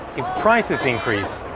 if prices increase,